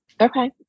Okay